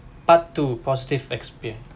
part two positive experience